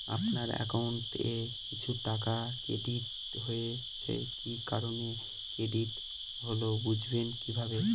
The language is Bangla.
আপনার অ্যাকাউন্ট এ কিছু টাকা ক্রেডিট হয়েছে কি কারণে ক্রেডিট হল বুঝবেন কিভাবে?